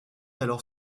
alors